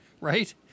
right